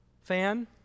Fan